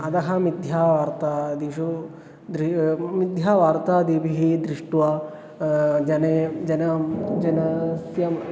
अतः मिथ्यावार्तादिषु द्रि मिथ्यावार्तादिभिः दृष्ट्वा जने जन जनस्य